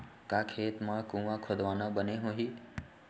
का खेत मा कुंआ खोदवाना बने होही?